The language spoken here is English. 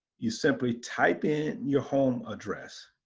you simply type in your home address.